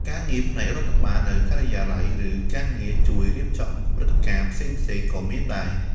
ការងារផ្នែករដ្ឋបាលនៅការិយាល័យ ឬការងារជួយរៀបចំព្រឹត្តិការណ៍ផ្សេងៗក៏មានដែរ។